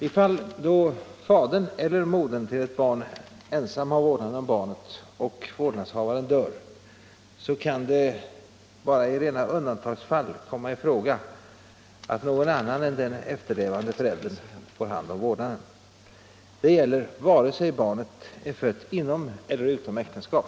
I fall då fadern eller modern till ett barn ensam har vårdnaden om barnet och vårdnadshavaren dör, kan det bara i rena undantagsfall komma i fråga att någon annan än den efterlevande föräldern får hand om vårdnaden. Detta gäller vare sig barnet är fött inom eller utom äktenskap.